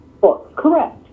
correct